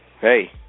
hey